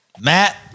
Matt